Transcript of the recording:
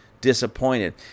disappointed